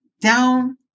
down